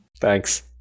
Thanks